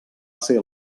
ser